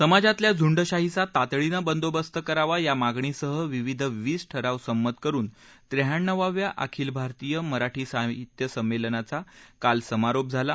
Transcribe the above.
समाजातल्या झूंडशाहीचा तातडीनं बंदोबस्त करावा या मागणीसह विविध वीस ठराव संमत करून त्र्याण्णवाव्या अखिल भारतीय मराठी साहित्य संमेलनाचा काल समारोप झाला